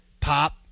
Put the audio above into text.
pop